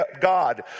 God